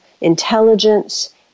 intelligence